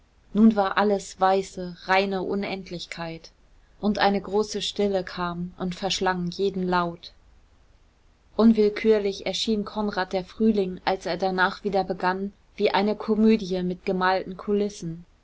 nun war alles weiße reine unendlichkeit und eine große stille kam und verschlang jeden laut unwirklich erschien konrad der frühling als er danach wieder begann wie eine komödie mit gemalten kulissen